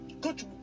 Good